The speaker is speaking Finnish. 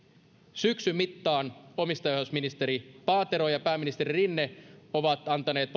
syksyn mittaan omistajaohjausministeri paatero ja pääministeri rinne ovat selkeästi antaneet